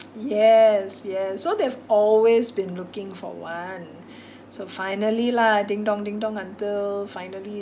yes yes so they've always been looking for one so finally lah ding dong ding dong until finally